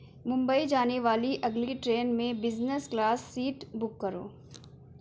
ممبئی جانے والی اگلی ٹرین میں بزنس کلاس سیٹ بک کرو